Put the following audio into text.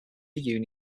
monetary